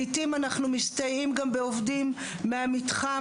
לעתים אנחנו מסתייעים גם בעובדים מהמתחם